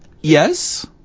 Yes